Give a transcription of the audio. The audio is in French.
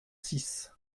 six